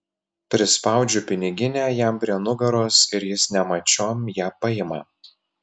prispaudžiu piniginę jam prie nugaros ir jis nemačiom ją paima